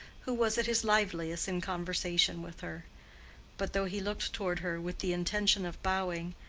who was at his liveliest in conversation with her but though he looked toward her with the intention of bowing,